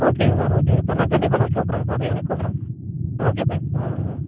ஓகேங்க சார் ஓகேங்க சார் நான் கண்டிப்பாக நான் கூப்பிட்றேங்க சார் ஈவினிங் கூப்பிட்றேன் ஓகே தேங்க் யூ ஆ ஆ